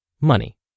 Money